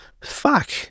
fuck